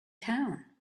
town